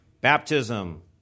baptism